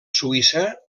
suïssa